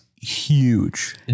huge